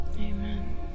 Amen